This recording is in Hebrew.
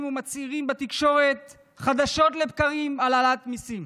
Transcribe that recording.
ומצהירים בתקשורת חדשות לבקרים על העלאת מיסים,